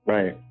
Right